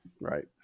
right